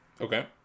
okay